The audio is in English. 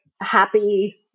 happy